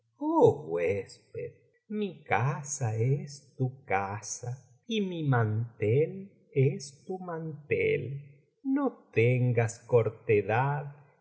huésped mi casa es tu casa y mi mantel es tu mantel no tengas cortedad